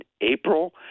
April